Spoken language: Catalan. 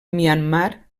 myanmar